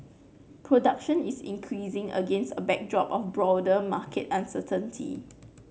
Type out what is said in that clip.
production is increasing against a backdrop of broader market uncertainty